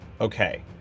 Okay